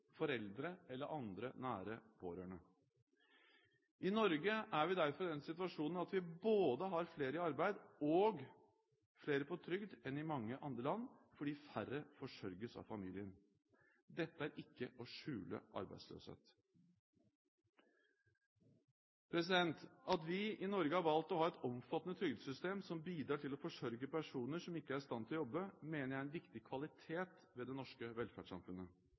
foreldre eller andre nære pårørende. I Norge er vi derfor i den situasjonen at vi har både flere i arbeid og flere på trygd enn i mange andre land, fordi færre forsørges av familien. Dette er ikke å skjule arbeidsløshet. At vi i Norge har valgt å ha et omfattende trygdesystem som bidrar til å forsørge personer som ikke er i stand til å jobbe, mener jeg er en viktig kvalitet ved det norske velferdssamfunnet.